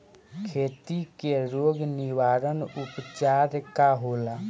खेती के रोग निवारण उपचार का होला?